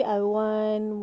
teh peng